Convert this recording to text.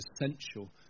essential